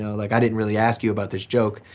like i didn't really ask you about this joke.